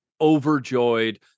overjoyed